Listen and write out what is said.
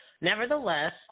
Nevertheless